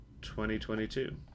2022